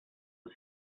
was